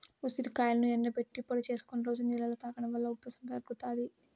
ఉసిరికాయలను ఎండబెట్టి పొడి చేసుకొని రోజు నీళ్ళలో తాగడం వలన ఉబ్బసం తగ్గుతాది